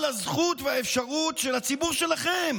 על הזכות והאפשרות של הציבור שלכם